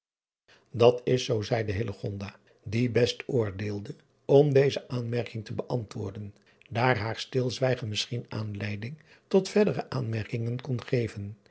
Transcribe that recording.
at is zoo zeide die best oordeelde om deze aanmerking te beantwoorden daar haar stilzwijgen misschien aanleiding tot verdere aanmerkingen kon geven